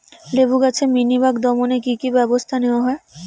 লেবু গাছে মিলিবাগ দমনে কী কী ব্যবস্থা নেওয়া হয়?